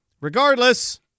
regardless